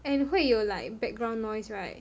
and 会有 like background noise right